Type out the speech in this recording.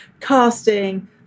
casting